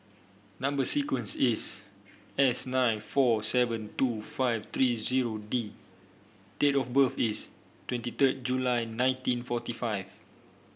number sequence is S nine four seven two five three zero D date of birth is twenty third July nineteen forty five